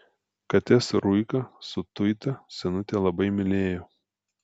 kates ruiką su tuita senutė labai mylėjo